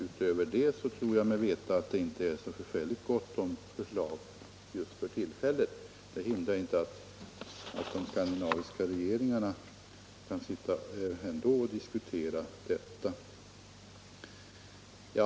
Utöver det tror jag mig veta att det inte finns gott om förslag just för tillfället. Det hindrar som sagt inte att de skandinaviska regeringarna ändå kan diskutera dessa frågor.